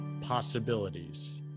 possibilities